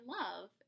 love